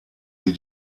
sie